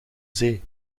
zee